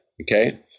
Okay